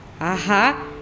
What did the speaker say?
Aha